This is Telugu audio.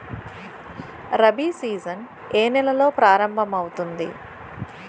రబి సీజన్ ఏ నెలలో ప్రారంభమౌతుంది?